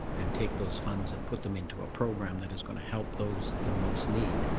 and take those funds and put them into a program that is going to help those in most need,